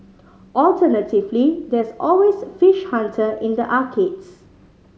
alternatively there's always Fish Hunter in the arcades